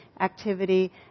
activity